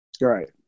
right